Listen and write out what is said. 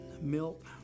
milk